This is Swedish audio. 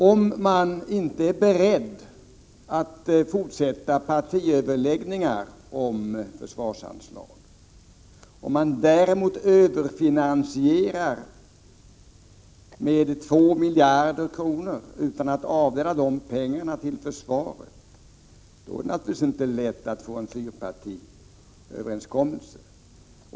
Om man inte är beredd att fortsätta partiöverläggningar om försvarsanslag men däremot att överfinansiera med 2 miljarder kronor utan att anslå de pengarna till försvaret, är det naturligtvis inte lätt att få till stånd en fyrpartiöverenskommelse.